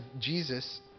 Jesus